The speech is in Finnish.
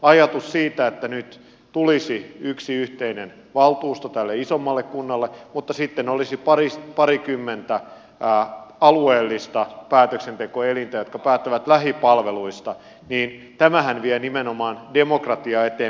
ajatus siitä että nyt tulisi yksi yhteinen valtuusto tälle isommalle kunnalle mutta sitten olisi parikymmentä alueellista päätöksentekoelintä jotka päättävät lähipalveluista nimenomaan vie demokratiaa eteenpäin